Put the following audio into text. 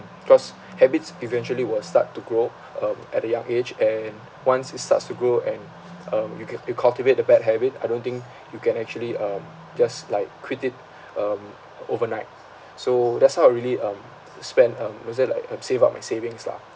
cause habits eventually will start to grow um at a young age and once it starts to grow and um you ca~ you cultivate the bad habit I don't think you can actually um just like quit it um overnight so that's how I really um spend um mostly like um save up my savings lah